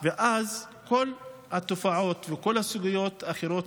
ואז כל התופעות וכל הסוגיות האחרות,